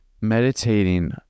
meditating